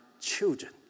children